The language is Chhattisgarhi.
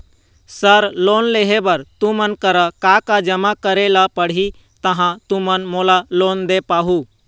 सर लोन लेहे बर तुमन करा का का जमा करें ला पड़ही तहाँ तुमन मोला लोन दे पाहुं?